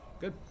good